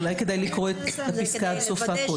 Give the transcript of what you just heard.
אולי כדאי לקרוא את הפסקה עד סופה.